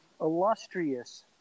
illustrious